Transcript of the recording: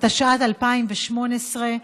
התשע"ט 2018,